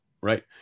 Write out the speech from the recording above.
right